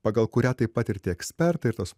pagal kurią taip pat ir tie ekspertai ir tos